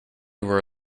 were